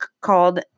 called